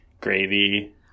Gravy